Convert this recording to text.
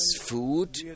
food